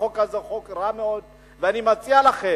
החוק הזה הוא חוק רע מאוד, ואני מציע לכם: